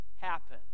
happen